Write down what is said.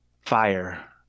Fire